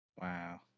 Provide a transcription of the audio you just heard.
Wow